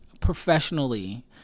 professionally